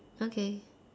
okay